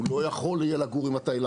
הוא לא יהיה יכול לגור עם התאילנדים,